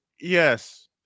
Yes